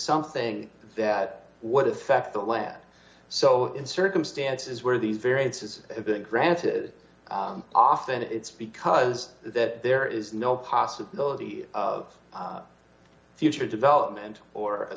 something that would affect the land so in circumstances where these variances have been granted often it's because that there is no possibility of future development or